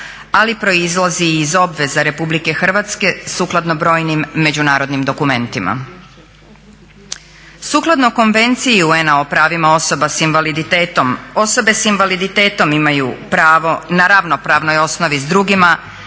ali proizlazi i iz obveze Republike Hrvatske sukladno brojnim međunarodnim dokumentima. Sukladno Konvenciji UN-a o pravima osoba sa invaliditetom, osobe sa invaliditetom imaju pravo na ravnopravnoj osnovi sa drugima